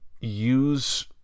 use